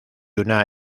una